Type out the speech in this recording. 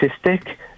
statistic